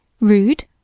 Rude